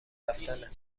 رفتنه